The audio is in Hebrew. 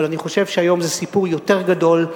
אבל אני חושב שהיום זה סיפור יותר גדול,